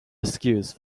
excuse